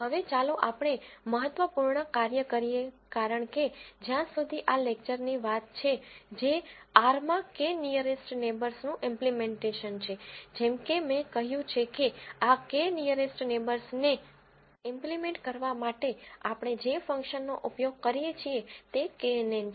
હવે ચાલો આપણે મહત્વપૂર્ણ કાર્ય કરીએ કારણકે જ્યાં સુધી આ લેકચરની વાત છે જે R માં k નીઅરેસ્ટ નેબર્સનું ઈમ્પલીમેન્ટેશન છે જેમ કે મેં કહ્યું છે કે આ k નીઅરેસ્ટ નેબર્સને ઈમ્પલીમેન્ટ કરવા માટે આપણે જે ફંક્શનનો ઉપયોગ કરીએ છીએ તે કેએનએન છે